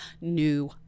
new